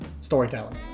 storytelling